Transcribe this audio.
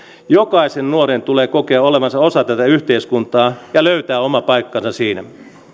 jokaisen nuoren tulee kokea olevansa osa tätä yhteiskuntaa ja löytää oma paikkansa siinä